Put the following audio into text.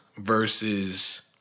Versus